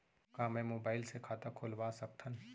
का मैं मोबाइल से खाता खोलवा सकथव?